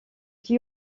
qui